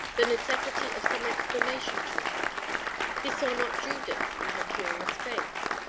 the necessity of some explanation to them he saw not judith and her curious face.